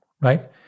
right